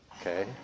Okay